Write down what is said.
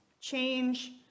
change